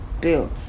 built